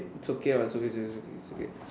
it's okay ah it's okay it's okay it's okay it's okay